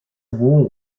wall